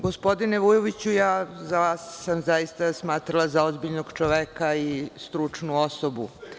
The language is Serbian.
Gospodine Vujoviću, ja sam vas zaista smatrala za ozbiljnog čoveka i stručnu osobu.